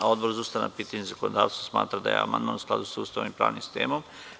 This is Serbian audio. Odbor za ustavna pitanja i zakonodavstvo smatra da je amandman u skladu sa Ustavom i pravnim sistemom.